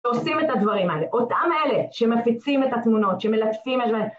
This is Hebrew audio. עושים את הדברים האלה, אותם אלה שמפיצים את התמונות, שמלטפים את זה.